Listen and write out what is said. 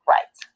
Right